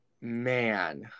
Man